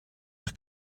eich